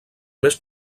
més